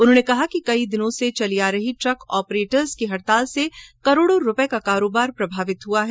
उन्होंने कहा कि कई दिनों से चल रही ट्रक ट्रांसपोर्टरों की हड़ताल से करोडो रूपये का कारोबार प्रभावित हुआ है